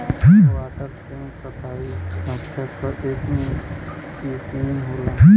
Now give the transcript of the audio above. water frame कताई साँचा क एक किसिम होला